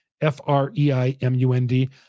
F-R-E-I-M-U-N-D